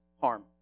harm